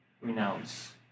renounce